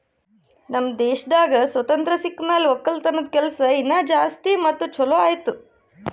ನಮ್ ದೇಶದಾಗ್ ಸ್ವಾತಂತ್ರ ಸಿಕ್ ಮ್ಯಾಲ ಒಕ್ಕಲತನದ ಕೆಲಸ ಇನಾ ಜಾಸ್ತಿ ಮತ್ತ ಛಲೋ ಆಯ್ತು